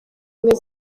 ubumwe